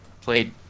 played